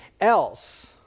else